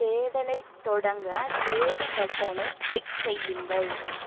தேடலைத் தொடங்க தேடு பட்டனைக் கிளிக் செய்யுங்கள்